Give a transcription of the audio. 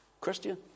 Christian